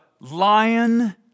lion